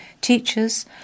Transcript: teachers